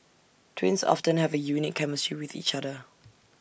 twins often have A unique chemistry with each other